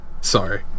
Sorry